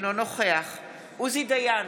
אינו נוכח עוזי דיין,